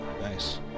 Nice